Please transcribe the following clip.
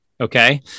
okay